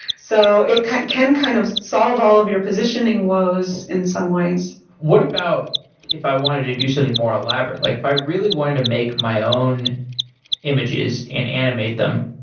so it can can kind of solve all of your positioning woes in some ways. what about if i wanted to do something more elaborate? like if i really wanted to make my own images and animate them,